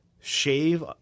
shave